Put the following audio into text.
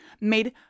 made